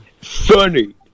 Funny